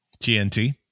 TNT